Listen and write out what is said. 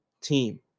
team